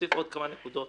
ולהוסיף עוד כמה נקודות: